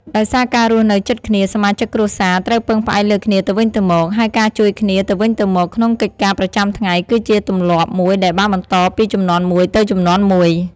ដោយសារការរស់នៅជិតគ្នា សមាជិកគ្រួសារត្រូវពឹងផ្អែកលើគ្នាទៅវិញទៅមក ហើយការជួយគ្នាទៅវិញទៅមកក្នុងកិច្ចការប្រចាំថ្ងៃគឺជាទម្លាប់មួយដែលបានបន្តពីជំនាន់មួយទៅជំនាន់មួយ។